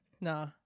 Nah